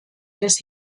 des